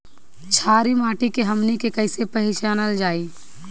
छारी माटी के हमनी के कैसे पहिचनल जाइ?